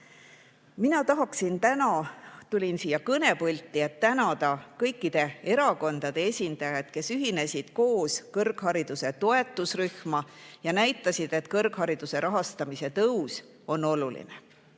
teadusele. Mina tulin siia kõnepulti, et tänada kõikide erakondade esindajaid, kes ühinesid kõrghariduse toetusrühma ja näitasid, et kõrghariduse rahastamise tõus on oluline.